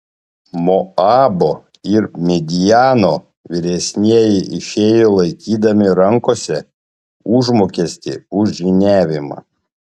moabo ir midjano vyresnieji išėjo laikydami rankose užmokestį už žyniavimą